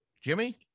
Jimmy